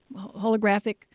holographic